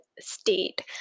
state